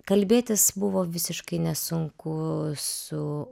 kalbėtis buvo visiškai nesunku su